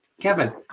Kevin